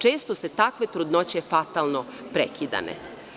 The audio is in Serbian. Često se takve trudnoće fatalno prekidane.